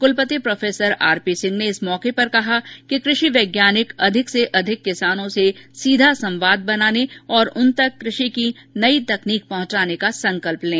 कुलपति prof R P Singh ने इस मौके पर कहा कि कृषि वैज्ञानिक अधिक से अधिक किसानों से सीधा संवाद बनाने और उन तक कृषि की नई तकनीक पहुंचाने का संकल्प लें